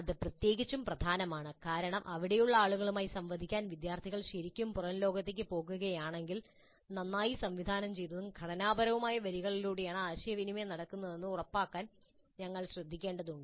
അത് പ്രത്യേകിച്ചും പ്രധാനമാണ് കാരണം അവിടെയുള്ള ആളുകളുമായി സംവദിക്കാൻ വിദ്യാർത്ഥികൾ ശരിക്കും പുറം ലോകത്തേക്ക് പോകുകയാണെങ്കിൽ നന്നായി സംവിധാനം ചെയ്തതും ഘടനാപരവുമായ വരികളിലൂടെയാണ് ആശയവിനിമയം നടക്കുന്നതെന്ന് ഉറപ്പാക്കാൻ ഞങ്ങൾ വളരെ ശ്രദ്ധിക്കേണ്ടതുണ്ട്